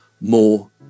more